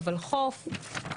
בוולחו"פ.